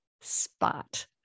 spot